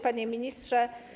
Panie Ministrze!